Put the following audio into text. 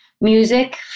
music